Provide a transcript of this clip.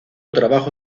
trabajo